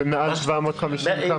ומעל 750?